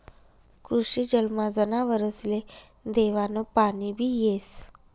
कृषी जलमा जनावरसले देवानं पाणीबी येस